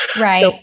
Right